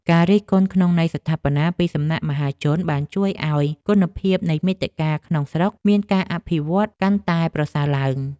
ការរិះគន់ក្នុងន័យស្ថាបនាពីសំណាក់មហាជនបានជួយឱ្យគុណភាពនៃមាតិកាក្នុងស្រុកមានការអភិវឌ្ឍកាន់តែប្រសើរឡើង។